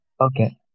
okay